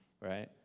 right